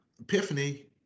epiphany